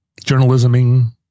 journalisming